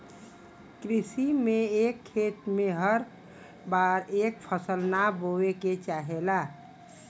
कृषि में एक खेत में हर बार एक फसल ना बोये के चाहेला